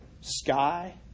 sky